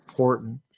important